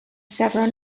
several